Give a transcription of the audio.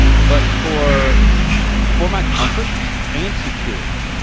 but for for my comfort and security,